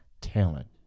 talent